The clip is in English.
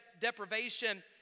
deprivation